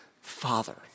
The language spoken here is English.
Father